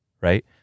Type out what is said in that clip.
right